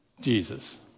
Jesus